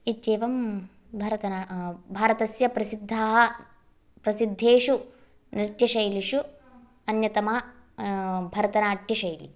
इत्येवं भरतना भारतस्य प्रसिद्धाः प्रसिद्धेषु नृत्यशैलिषु अन्यतमा भरतनाट्यशैली